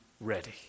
ready